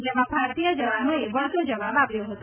જેમાં ભારતીય જવાનોએ વળતો જવાબ આપ્યો હતો